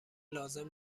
لازم